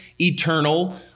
eternal